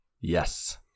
yes